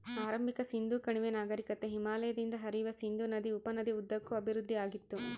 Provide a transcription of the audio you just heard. ಆರಂಭಿಕ ಸಿಂಧೂ ಕಣಿವೆ ನಾಗರಿಕತೆ ಹಿಮಾಲಯದಿಂದ ಹರಿಯುವ ಸಿಂಧೂ ನದಿ ಉಪನದಿ ಉದ್ದಕ್ಕೂ ಅಭಿವೃದ್ಧಿಆಗಿತ್ತು